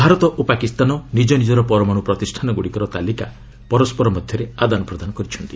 ଭାରତ ଓ ପାକିସ୍ତାନ ନିଜ ନିଜର ପରମାଣୁ ପ୍ରତିଷ୍ଠାନଗୁଡ଼ିକର ତାଲିକା ପରସ୍କର ମଧ୍ୟରେ ଆଦାନପ୍ରଦାନ କରିଛନ୍ତି